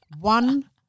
One